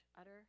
utter